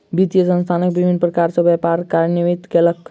वित्तीय संस्थान विभिन्न प्रकार सॅ व्यापार कार्यान्वित कयलक